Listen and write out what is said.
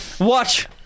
Watch